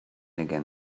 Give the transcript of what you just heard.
again